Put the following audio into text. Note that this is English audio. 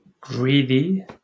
Greedy